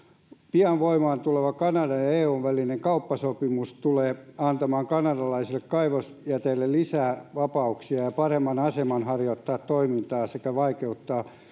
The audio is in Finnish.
pian voimaan tuleva kanadan ja ja eun välinen kauppasopimus tulee antamaan kanadalaisille kaivosjäteille lisää vapauksia ja ja paremman aseman harjoittaa toimintaa sekä vaikeuttaa